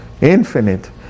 infinite